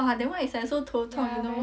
!wah! that one is like so 头痛 you know